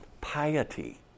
piety